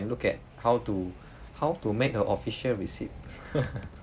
can look at how to how to make a official receipt